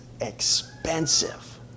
expensive